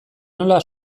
nola